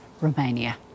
Romania